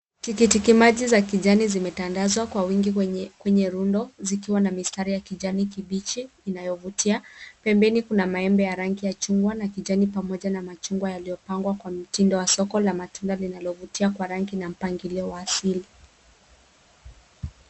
Tikitiki maji zimetandazwa kwenye rundo zikiwa na mistari ya kijani kibichi inayo vutia. Pembeni kuna maembe ya rangi ya chungwa na kijani pamoja na machungwa yaliyo pangwa kwa mitindo. Soko la matunda linalo vutia kwa rangi na mpangilio wa asili.